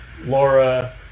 Laura